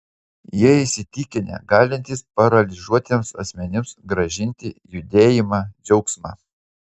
jie įsitikinę galintys paralyžiuotiems asmenims grąžinti judėjimą džiaugsmą